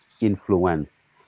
influence